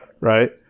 Right